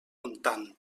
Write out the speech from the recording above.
montant